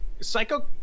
Psycho